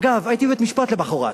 אגב, הייתי בבית-משפט למחרת.